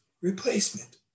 replacement